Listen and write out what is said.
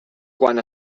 quan